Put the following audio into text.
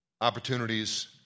opportunities